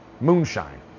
moonshine